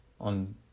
on